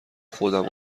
خودم